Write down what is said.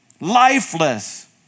lifeless